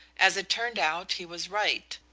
as it turned out, he was right,